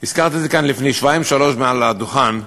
הזכרתי את זה לפני שבועיים-שלושה כאן מעל הדוכן: